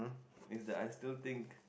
is that I still think